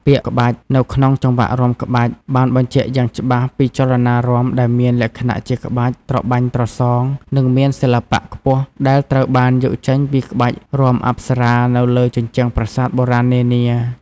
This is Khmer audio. ពាក្យ "ក្បាច់" នៅក្នុង "ចង្វាក់រាំក្បាច់" បានបញ្ជាក់យ៉ាងច្បាស់ពីចលនារាំដែលមានលក្ខណៈជាក្បាច់ ត្របាញ់ត្រសង និងមានសិល្បៈខ្ពស់ ដែលត្រូវបានយកចេញពីក្បាច់រាំអប្សរានៅលើជញ្ជាំងប្រាសាទបុរាណនានា។